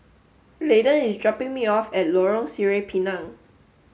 Landen is dropping me off at Lorong Sireh Pinang